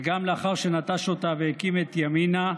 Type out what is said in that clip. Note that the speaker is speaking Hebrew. וגם לאחר שנטש אותה והקים את ימינה,